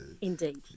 indeed